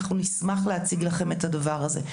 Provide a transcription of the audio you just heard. נשמח להציג לכם את הדבר הזה.